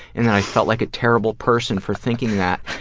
and then i felt like a terrible person for thinking that.